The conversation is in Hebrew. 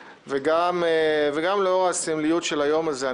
וגם לאור הסמליות של היום הזה שאני